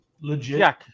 Legit